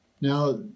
Now